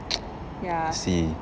I see